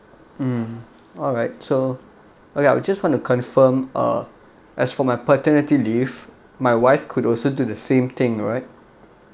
mmhmm alright so okay I'll just want to confirm uh as for my paternity leave my wife could also do the same thing right